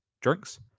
drinks